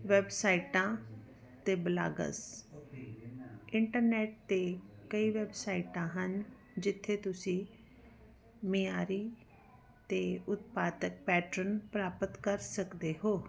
ਵੈਬਸਾਈਟਾਂ ਅਤੇ blogs internet 'ਤੇ ਕਈ ਵੈਬਸਾਈਟਾਂ ਹਨ ਜਿੱਥੇ ਤੁਸੀਂ ਮਿਆਰੀ ਅਤੇ ਉਤਪਾਦਕ ਪੈਟਰਨ ਪ੍ਰਾਪਤ ਕਰ ਸਕਦੇ ਹੋ